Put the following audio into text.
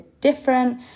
different